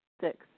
Six